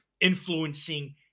influencing